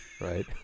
right